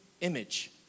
image